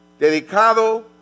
Dedicado